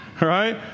right